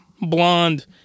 blonde